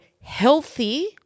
healthy